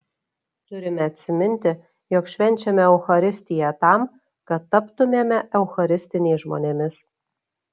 turime atsiminti jog švenčiame eucharistiją tam kad taptumėme eucharistiniais žmonėmis